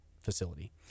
facility